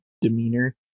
demeanor